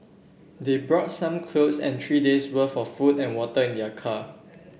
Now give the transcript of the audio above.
they brought some clothes and three days' worth of food and water in their car